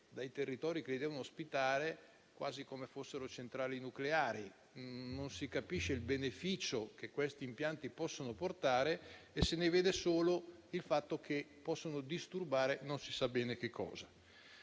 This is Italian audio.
dai territori che li devono ospitare, quasi come fossero centrali nucleari. Non si capisce il beneficio che questi impianti possono portare e se ne vede solo il fatto che possono disturbare, ma non si sa bene cosa.